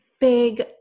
big